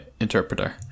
interpreter